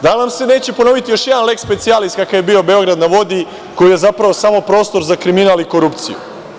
Da nam se neće ponoviti još jedan leks specijalis kakav je bio „Beograd na vodi“, koji je zapravo samo prostor za kriminal i korupciju?